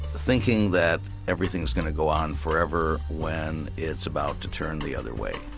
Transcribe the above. thinking that everything is going to go on forever when it's about to turn the other way